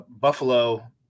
Buffalo